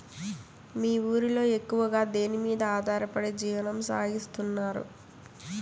మీ ఊరిలో ఎక్కువగా దేనిమీద ఆధారపడి జీవనం సాగిస్తున్నారు?